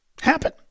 happen